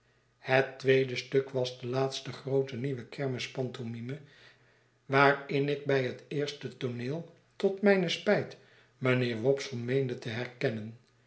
het tweede stuk was de laatste groote nieuwe kerstmispantomime waarin ik bij het eerste tooneel tot mijne spijt mijnheer wopsle meende te herkennen